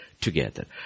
together